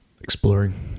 Exploring